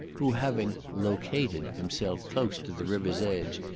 who having located himself close to the river's edge,